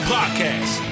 Podcast